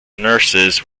nurses